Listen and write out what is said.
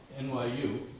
NYU